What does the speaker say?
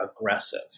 aggressive